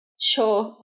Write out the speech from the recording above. Sure